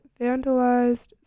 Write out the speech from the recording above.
Vandalized